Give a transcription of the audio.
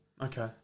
Okay